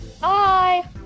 Bye